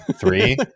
Three